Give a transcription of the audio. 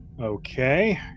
Okay